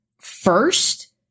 first